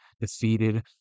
defeated